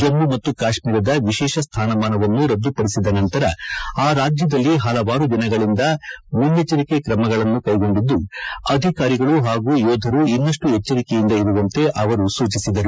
ಜಮ್ಮು ಮತ್ತು ಕಾಶ್ಮೀರದ ವಿಶೇಷ ಸ್ವಾನಮಾನವನ್ನು ರದ್ದುಪಡಿಸಿದ ನಂತರ ಆ ರಾಜ್ಯದಲ್ಲಿ ಹಲವಾರು ದಿನಗಳಿಂದ ಮುನ್ನೆಚ್ಚರಿಕೆ ಕ್ರಮಗಳನ್ನು ಕ್ಷೆಗೊಂಡಿದ್ದು ಅಧಿಕಾರಿಗಳು ಹಾಗೂ ಯೋಧರು ಇನ್ನಷ್ನು ಎಚ್ಚರಿಕೆಯಿಂದ ಇರುವಂತೆ ಅವರು ಸೂಚಿಸಿದ್ದಾರೆ